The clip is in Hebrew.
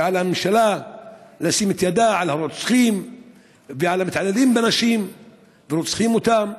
ועל הממשלה לשים את ידה על הרוצחים ועל המתעללים בנשים ורוצחים אותן.